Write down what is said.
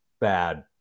bad